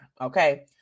okay